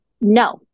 no